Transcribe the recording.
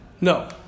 No